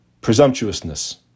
presumptuousness